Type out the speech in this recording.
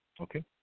Okay